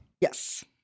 Yes